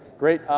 great.